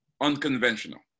Unconventional